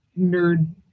nerd